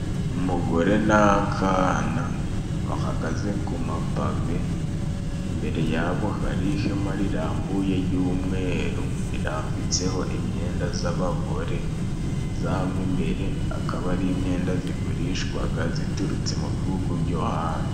Umugore n'akana bahagaze ku mapave, imbere yabo hari ihema rirambuye ry'umweru, rirambitseho imyenda z'abagore zamwe imbere akaba ari imyenda zigurishwaga ziturutse mu bihugu byo hanze.